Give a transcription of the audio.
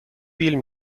بیل